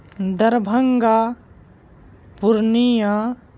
Darbhanga Purnia